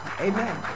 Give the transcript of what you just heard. Amen